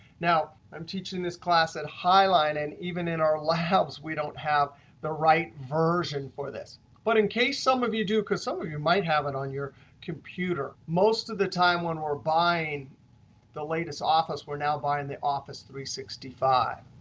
now, i'm teaching this class at highline, and even in our labs we don't have the right version for this but in case some of you do, because some of your might have it on your computer. most of the time when we're buying the latest office we're now buying the office three hundred and sixty five.